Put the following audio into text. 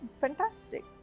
fantastic